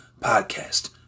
podcast